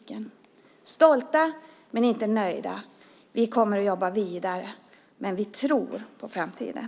Vi är stolta men inte nöjda. Vi kommer att jobba vidare, och vi tror på framtiden.